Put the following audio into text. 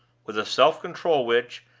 with a self-control which,